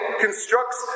constructs